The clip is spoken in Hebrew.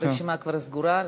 הרשימה כבר סגורה.